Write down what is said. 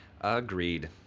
Agreed